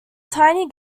tiny